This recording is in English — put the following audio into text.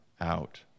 out